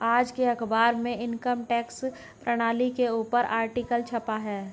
आज के अखबार में इनकम टैक्स प्रणाली के ऊपर आर्टिकल छपा है